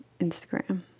Instagram